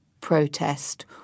protest